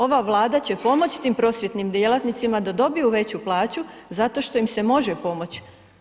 Ova Vlada će pomoći tim prosvjetnim djelatnicima da dobiju veću plaću zato što im se može pomoći.